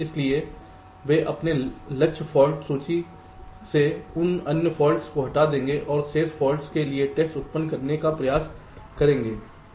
इसलिए वे अपने लक्ष्य फाल्ट सूची से उन अन्य फॉल्ट्स को हटा देंगे और शेष फॉल्ट्स के लिए टेस्ट उत्पन्न करने का प्रयास करेंगे